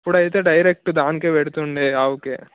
ఇప్పుడు అయితే డైరెక్ట్ దానికే పెడుతుండే ఆవుకే